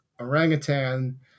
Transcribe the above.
orangutan